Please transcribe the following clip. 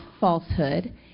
falsehood